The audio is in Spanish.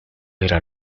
era